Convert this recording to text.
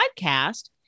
podcast